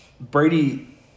Brady